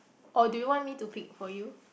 or do you want me to pick for you